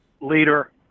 leader